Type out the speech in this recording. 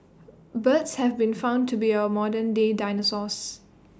birds have been found to be our modern day dinosaurs